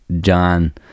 john